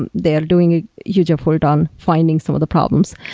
and they're doing a huge effort on finding some of the problems.